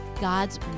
God's